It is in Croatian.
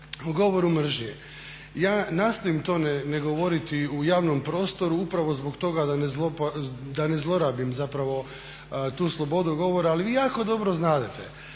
govoru mržnje ja nastojim to ne govoriti u javnom prostoru upravo zbog toga da ne zlorabim zapravo tu slobodu govora ali vi jako dobro znadete.